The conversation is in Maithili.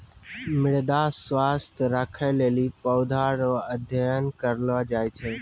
मृदा स्वास्थ्य राखै लेली पौधा रो अध्ययन करलो जाय छै